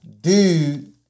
dude